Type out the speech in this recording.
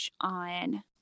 on